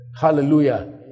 Hallelujah